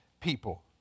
people